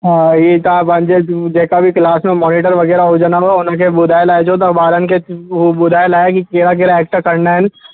हा हे तव्हां पंहिंजे अ जेका बि क्लास में मोनिटर वग़ैरह हुजनि उन्हनि खे ॿुधाइ लाहिजो त ॿारनि खे हूं ॿुधाइ लाहे की कहिड़ा कहिड़ा एक्ट करिणा आहिनि